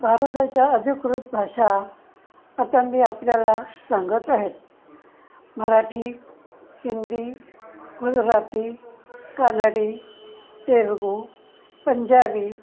भारताच्या अधिकृत भाषा आता मी आपल्याला सांगत आहेत मराठी हिंदी गुजराथी कानडी तेलगू पंजाबी